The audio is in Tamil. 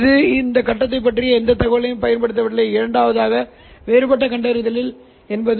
துருவமுனைப்பு பற்றிய தகவல்களையும் நான் பிரித்தெடுக்க விரும்புகிறேன் அதை நான் எவ்வாறு செய்வது